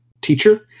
teacher